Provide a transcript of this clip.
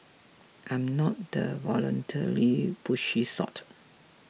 I'm not the violently pushy sort